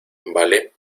vale